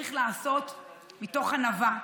צריך להיעשות מתוך ענווה,